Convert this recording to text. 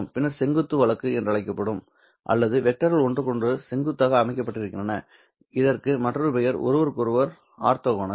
பின்னர் செங்குத்து வழக்கு என்று அழைக்கப்படும் அல்லது வெக்டர்கள் ஒன்றுக்கொன்று செங்குத்தாக அமைக்கப்பட்டிருக்கின்றன இதற்கு மற்றொரு பெயர் ஒருவருக்கொருவர் ஆர்த்தோகனல்